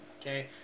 okay